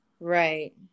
Right